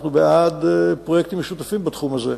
אנחנו בעד פרויקטים משותפים בתחום הזה.